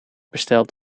besteld